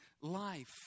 life